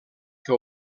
que